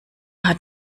hat